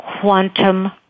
quantum